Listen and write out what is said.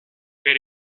per